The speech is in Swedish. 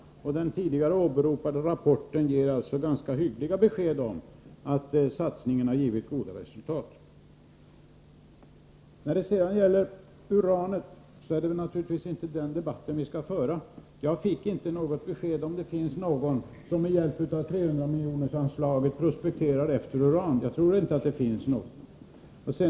Den tidigare åberopade rapporten ger ganska hyggliga besked om att satsningarna givit goda resultat. När det gäller uranet vill jag säga att det naturligtvis inte är den debatten vi nu skall föra. Jag fick inget besked om huruvida det finns någon som med hjälp av anslaget på 300 milj.kr. prospekterar efter uran. Jag tror inte att det finns någon som gör det.